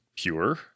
pure